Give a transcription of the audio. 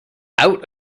out